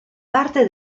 parte